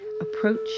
Approach